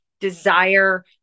desire